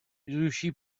riuscì